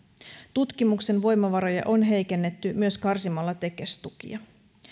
tutkimuksen voimavaroja on heikennetty myös karsimalla tekes tukia